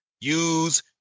use